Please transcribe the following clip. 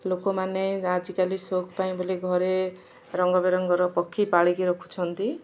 ଲୋକମାନେ ଆଜିକାଲି ସଉକ ପାଇଁ ବୋଲି ଘରେ ରଙ୍ଗ ବେରଙ୍ଗର ପକ୍ଷୀ ପାଳିକି ରଖୁଛନ୍ତି